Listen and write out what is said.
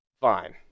fine